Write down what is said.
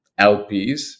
LPs